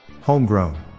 Homegrown